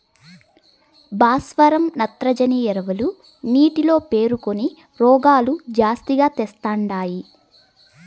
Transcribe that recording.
భాస్వరం నత్రజని ఎరువులు నీటిలో పేరుకొని రోగాలు జాస్తిగా తెస్తండాయి